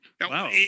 Wow